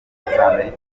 amerika